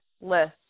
list